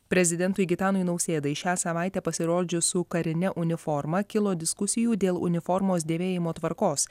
prezidentui gitanui nausėdai šią savaitę pasirodžius su karine uniforma kilo diskusijų dėl uniformos dėvėjimo tvarkos